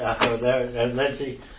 Lindsay